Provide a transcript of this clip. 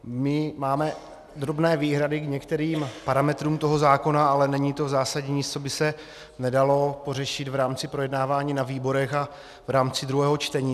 My máme drobné výhrady k některým parametrům toho zákona, ale není v zásadě nic, co by se nedalo pořešit v rámci projednávání na výborech a v rámci druhého čtení.